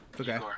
okay